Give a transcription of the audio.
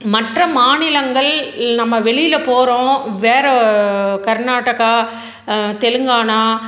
மற்ற மாநிலங்கள் நம்ம வெளியில போகறோம் வேறு கர்நாடகா தெலுங்கானா